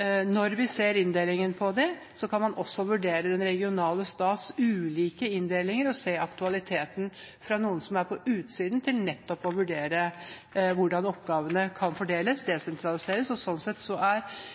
er bra. Så kan man også vurdere den regionale stats ulike inndelinger og la noen som er på utsiden, se aktualiteten og vurdere hvordan oppgavene kan fordeles og desentraliseres.